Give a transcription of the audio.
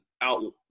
out –